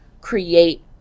create